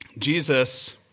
Jesus